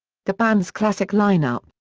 the band's classic lineup,